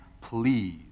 please